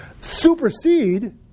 supersede